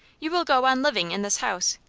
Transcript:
you will go on living in this house,